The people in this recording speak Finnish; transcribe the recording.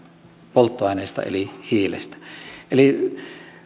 polttoaineesta eli hiilestä eli